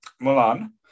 Milan